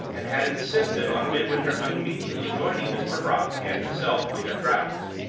and had insisted on midwinter's immediately joining mr. brock and himself on their travels.